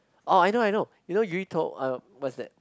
orh I know I know you know 鱼头:Yu Tou !aiyo! what's that